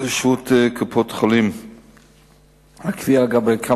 רצוני לשאול: 1. כמה